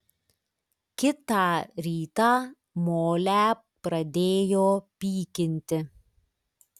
kitą rytą molę pradėjo pykinti